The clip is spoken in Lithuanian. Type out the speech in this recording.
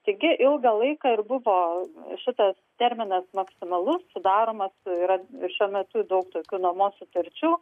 taigi ilgą laiką ir buvo šitas terminas maksimalus sudaromas yra šiuo metu daug tokių nuomos sutarčių